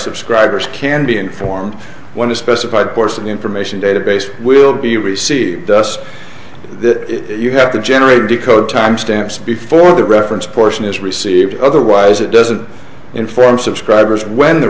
subscribers can be informed when a specified course of the information database will be received thus that you have to generate decode timestamps before the reference portion is received otherwise it doesn't inform subscribers when the